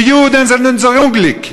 די יודען זענען אונזער אונגליק.